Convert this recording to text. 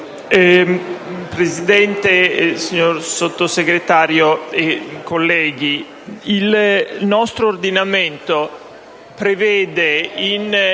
Presidente, signor Sottosegretario, colleghi, il nostro ordinamento prevede, in